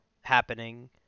happening